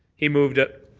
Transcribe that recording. he moved it.